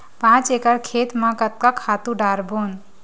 पांच एकड़ खेत म कतका खातु डारबोन?